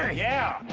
ah yeah.